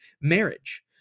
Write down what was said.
marriage